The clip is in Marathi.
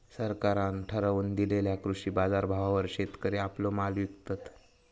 सरकारान ठरवून दिलेल्या कृषी बाजारभावावर शेतकरी आपलो माल विकतत